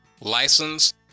license